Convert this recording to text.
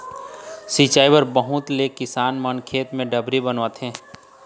सिंचई बर बहुत ले किसान मन खेत म डबरी बनवाथे